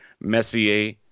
Messier